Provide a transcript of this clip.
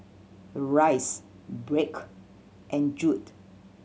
Rice Blake and Jude